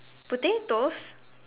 potatoes